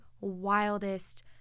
wildest